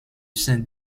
saint